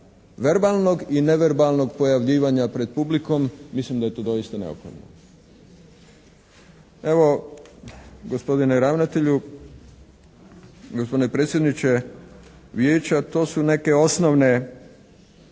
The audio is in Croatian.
verbalnog i neverbalnog pojavljivanja pred publikom, mislim da je to doista neophodno. Evo gospodine ravnatelju, gospodine predsjedniče Vijeća, to su neke osnovne